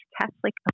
Catholic